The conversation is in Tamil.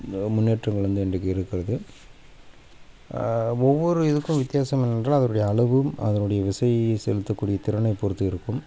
இந்த முன்னேற்றங்கள் வந்து இன்றைக்கு இருக்கிறது ஒவ்வொரு இதுக்கும் வித்தியாசம் என்றால் அதனுடைய அளவும் அதனுடைய விசையை செலுத்தக்கூடிய திறனை பொறுத்து இருக்கும்